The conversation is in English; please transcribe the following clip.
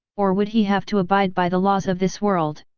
or would he have to abide by the laws of this world.